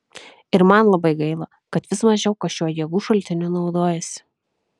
ir man labai gaila kad vis mažiau kas šiuo jėgų šaltiniu naudojasi